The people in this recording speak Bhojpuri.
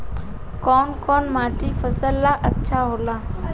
कौन कौनमाटी फसल ला अच्छा होला?